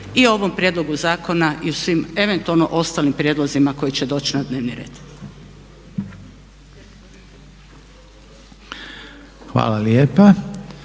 o ovom prijedlogu zakona i o svim eventualno ostalim prijedlozima koji će doći na dnevni red. **Reiner,